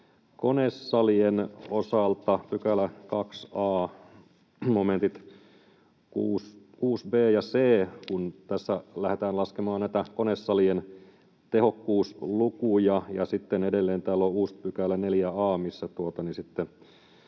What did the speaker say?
konesalien osalta tämä 2 a §:n momentit 6 b ja c, kun tässä lähdetään laskemaan näitä konesalien tehokkuuslukuja. Ja sitten edelleen täällä on uusi 4 a